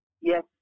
Yes